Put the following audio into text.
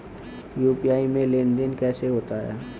UPI में लेनदेन कैसे होता है?